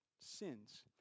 sins